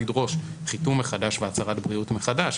היא יכולה לדרוש חיתום מחדש והצהרת בריאות מחדש,